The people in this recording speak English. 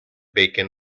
bacon